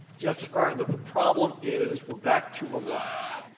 justice breyer, the the problem is, we're back to reliance.